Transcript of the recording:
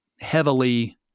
heavily